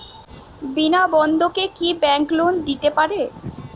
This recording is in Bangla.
বিনা বন্ধকে কি ব্যাঙ্ক লোন দিতে পারে?